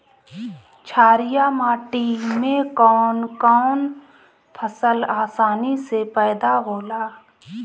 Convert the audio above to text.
छारिया माटी मे कवन कवन फसल आसानी से पैदा होला?